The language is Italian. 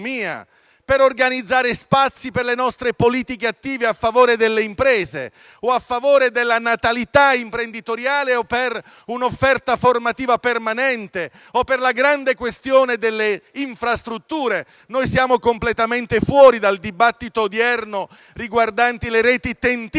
per organizzare spazi per le nostre politiche attive a favore delle imprese, della natalità imprenditoriale, per un'offerta formativa permanente o per la grande questione delle infrastrutture. Noi siamo completamente fuori dal dibattito odierno riguardante le reti TEN-T che si stanno